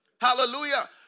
Hallelujah